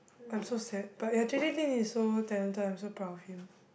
I'm so sad but ya J_J-Lin is so talented I'm so proud of him